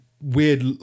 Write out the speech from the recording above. weird